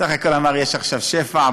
בסך הכול אמר: יש עכשיו שפע,